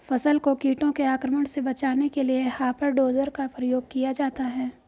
फसल को कीटों के आक्रमण से बचाने के लिए हॉपर डोजर का प्रयोग किया जाता है